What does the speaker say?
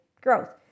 growth